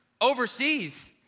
overseas